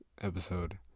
episode